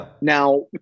Now